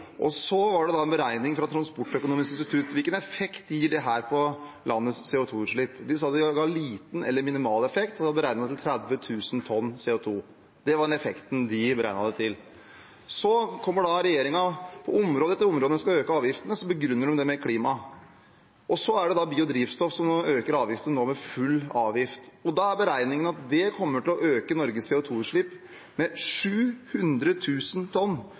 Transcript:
Og så var det en beregning fra Transportøkonomisk institutt om hvilken effekt dette gir på landets CO 2 -utslipp. De sa det ga liten eller minimal effekt, beregnet til 30 000 tonn CO 2 . Det var den effekten de beregnet det til. Så kommer da regjeringen på område etter område og begrunner det med klima når de skal øke avgiftene. Så er det biodrivstoff, der en nå øker avgiften – til full avgift – og der er beregningen at det kommer til å